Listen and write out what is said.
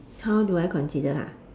how do I consider ha